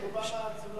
הוא בא מהאצולה.